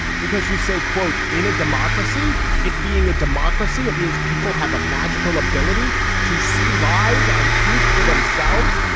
because you say quote in a democracy it being a democracy it means people have a magical ability to see lies and truth for themselves.